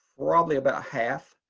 probably about half.